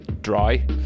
Dry